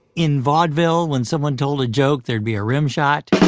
in vaudeville, when someone told a joke, there'd be a rim shot.